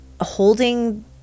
holding